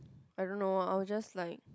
I don't know I'll just like